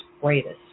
greatest